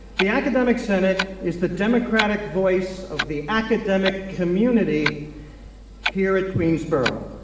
the academic senate is the democratic voice of the academic community here at queensborough.